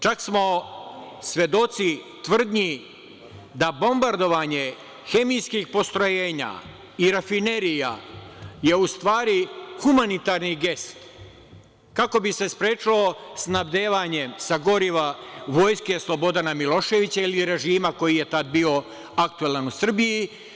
Čak smo svedoci tvrdnji da bombardovanje hemijskih postrojenja i rafinerija je u stvari humanitarni gest kako bi se sprečilo snabdevanje sa gorivom Vojske Slobodna Miloševića ili režima koji je tad bio aktuelan u Srbiji.